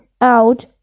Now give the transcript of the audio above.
out